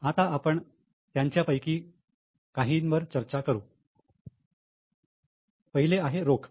आता आपण त्यांच्यापैकी काहींनी वर चर्चा करू हिले आहे रोख